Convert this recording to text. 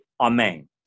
Amen